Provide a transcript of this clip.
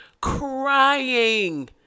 crying